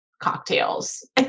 cocktails